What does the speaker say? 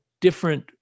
different